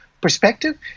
perspective